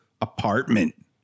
apartment